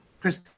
Chris